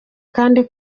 kandi